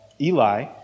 Eli